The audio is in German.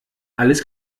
alles